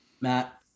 Matt